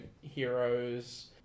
heroes